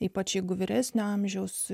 ypač jeigu vyresnio amžiaus